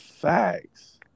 Facts